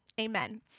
Amen